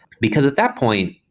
because at that point,